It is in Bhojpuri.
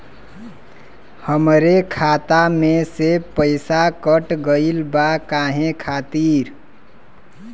हमरे खाता में से पैसाकट गइल बा काहे खातिर?